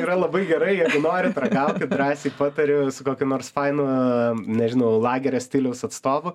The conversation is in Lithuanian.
yra labai gerai jeigu norit ragaukit drąsiai patariu su kokiu nors fainu nežinau lagerio stiliaus atstovu